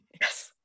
Yes